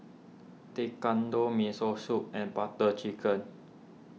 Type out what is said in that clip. Tekkadon Miso Soup and Butter Chicken